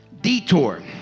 detour